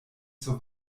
zur